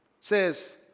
says